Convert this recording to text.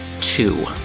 two